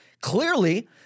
Clearly